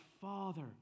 Father